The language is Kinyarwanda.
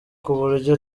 kuburyo